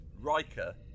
Riker